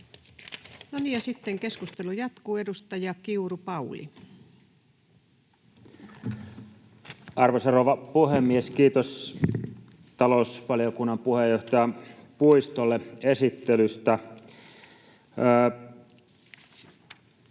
sitten keskustelu jatkuu. — Edustaja Kiuru, Pauli. Arvoisa rouva puhemies! Kiitos talousvaliokunnan puheenjohtaja Puistolle esittelystä.